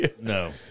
No